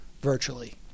virtually